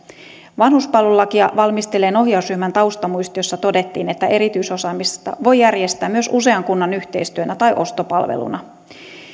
vanhuspalvelulakia valmistelleen ohjausryhmän taustamuistiossa todettiin että erityisosaamista voi järjestää myös usean kunnan yhteistyönä tai ostopalveluna